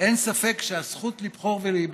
אין ספק שהזכות לבחור ולהיבחר,